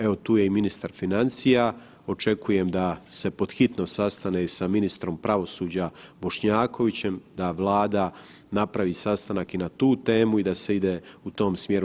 Evo tu je i ministar financija očekujem da se pod hitno sastane sa ministrom pravosuđa Bošnjakovićem, da Vlada napravi sastanak i na tu temu i da se ide u tom smjeru.